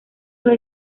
los